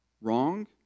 wrong